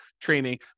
training